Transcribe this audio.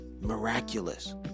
Miraculous